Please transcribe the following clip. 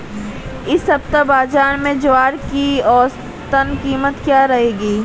इस सप्ताह बाज़ार में ज्वार की औसतन कीमत क्या रहेगी?